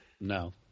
No